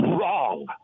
wrong